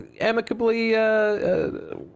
amicably